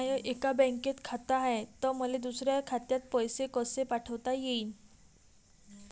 माय एका बँकेत खात हाय, त मले दुसऱ्या खात्यात पैसे कसे पाठवता येईन?